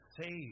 saved